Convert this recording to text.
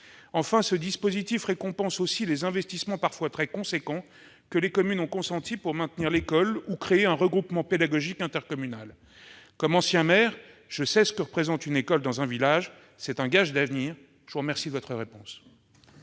Enfin, ce dispositif récompense les investissements parfois très importants que les communes ont consentis pour maintenir l'école ou créer un regroupement pédagogique intercommunal. Comme ancien maire, je sais ce que représente une école dans un village : un gage d'avenir ! La parole est à M.